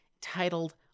titled